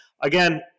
Again